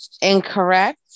Incorrect